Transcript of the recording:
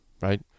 Right